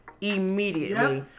immediately